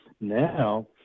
Now